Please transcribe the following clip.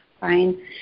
Fine